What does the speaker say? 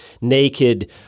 naked